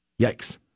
Yikes